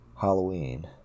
Halloween